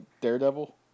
Daredevil